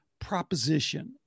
Proposition